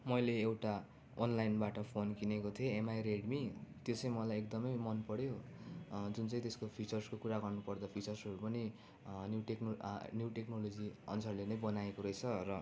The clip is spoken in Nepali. मैले एउटा अनलाइनबाट फोन किनेको थिएँ एमआई रेडमी त्यो चाहिँ मलाई एकदमै मनपऱ्यो जुन चाहिँ त्यसको फिचर्सको कुरा गर्नु पर्दा फिचर्सहरू पनि न्यू टेक्नो न्यू टेक्नोलजी अनुसारले नै बनाएको रहेछ र